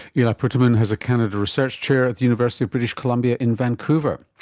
eli puterman has a canada research chair at the university of british columbia in vancouver.